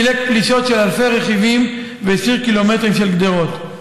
סילק פלישות של אלפי רכיבים והסיר קילומטרים של גדרות.